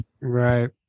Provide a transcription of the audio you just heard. Right